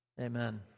Amen